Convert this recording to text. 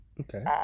okay